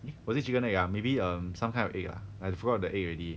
eh was it chicken egg ah maybe um some kind of egg ah I forgot the egg already